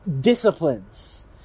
disciplines